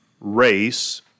race